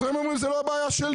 אז הם אומרים זה לא הבעיה שלי.